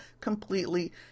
completely